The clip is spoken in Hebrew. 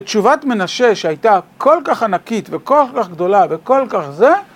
תשובת מנשה שהייתה כל כך ענקית וכל כך גדולה וכל כך זה..